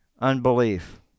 unbelief